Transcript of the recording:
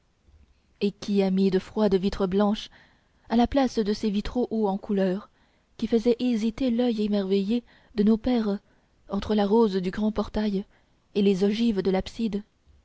et qui a mis de froides vitres blanches à la place de ces vitraux hauts en couleur qui faisaient hésiter l'oeil émerveillé de nos pères entre la rose du grand portail et les ogives de